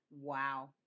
Wow